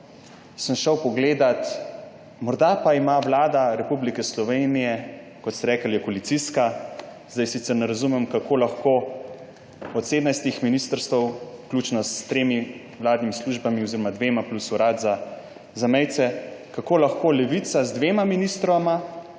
sem šel pogledat, morda pa ima vlada Republike Slovenije, kot ste rekli, je koalicijska, zdaj sicer ne razumem, kako lahko od 17 ministrstev, vključno s tremi vladnimi službami oziroma dvema plus urad za zamejce, kako lahko Levica z dvema ministroma